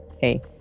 hey